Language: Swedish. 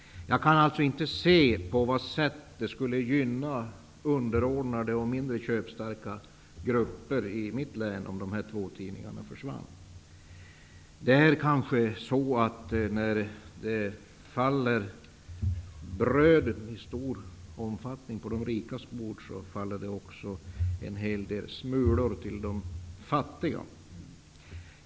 Jag kan inte se på vilket sätt det skulle gynna underordnade och mindre köpstarka grupper i mitt län om dessa två tidningar försvann. Det är kanske så att när det faller bröd i stor omfattning på de rikas bord faller det också en hel del smulor till de fattiga.